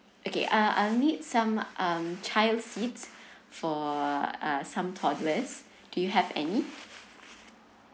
okay uh I need some um child seats for some toddlers do you have any